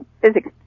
physics